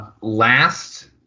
last